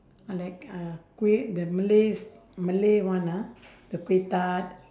I like uh kueh the malays malay one ah the kueh tart